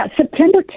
September